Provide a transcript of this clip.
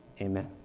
amen